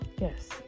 Yes